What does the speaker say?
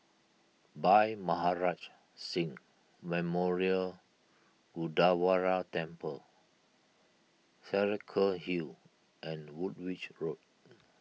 Bhai Maharaj Singh Memorial Gurdwara Temple Saraca Hill and Woolwich Road